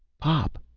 pop!